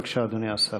בבקשה, אדוני השר.